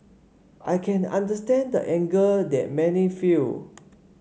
I can understand the anger that many feel